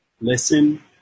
Listen